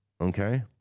Okay